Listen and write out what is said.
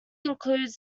includes